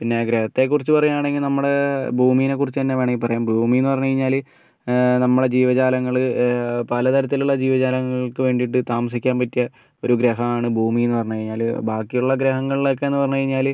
പിന്നെ ഗ്രഹത്തെ കുറിച്ച് പറയുകയാണെങ്കിൽ നമ്മള് ഭൂമിനെ കുറിച്ച് തന്നെ വെണമെങ്കിൽ പറയാം ഭൂമി എന്ന് പറഞ്ഞ് കഴിഞ്ഞാല് നമ്മളുടെ ജീവജാലങ്ങള് പലതരത്തിലുള്ള ജീവജാലങ്ങൾക്ക് വേണ്ടിയിട്ട് താമസിക്കാൻ പറ്റിയ ഒരു ഗ്രഹമാണ് ഭൂമി എന്ന് പറഞ്ഞു കഴിഞ്ഞാല് ബാക്കിയുള്ള ഗ്രഹങ്ങളിലൊക്കെന്ന് പറഞ്ഞു കഴിഞ്ഞാല്